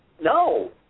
no